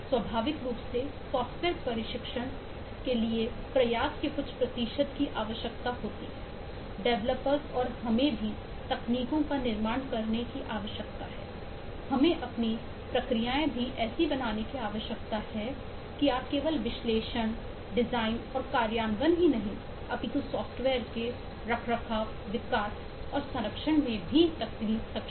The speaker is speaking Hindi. स्वाभाविक रूप से सॉफ्टवेयर परिरक्षण के लिए प्रयास के कुछ प्रतिशत की आवश्यकता होती है डेवलपर्स और हमें भी तकनीकों का निर्माण करने की आवश्यकता है हमें अपनी प्रक्रियाएं भी ऐसी बनाने की आवश्यकता है कि आप केवल विश्लेषण डिजाइन और कार्यान्वयन ही नहीं अपितु सॉफ्टवेयर के रखरखाव विकास और संरक्षण में भी हमारी तकनीक सक्षम हो